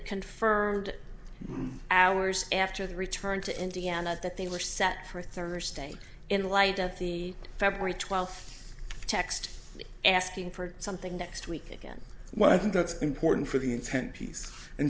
confirmed hours after they returned to indiana that they were set for thursday in light at the feb twelfth text asking for something next week again well i think that's important for the intent piece and